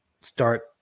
start